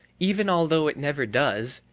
even although it never does,